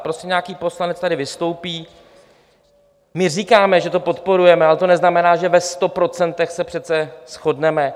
Prostě nějaký poslanec tady vystoupí, my říkáme, že to podporujeme, ale to neznamená, že ve sto procentech se přece shodneme.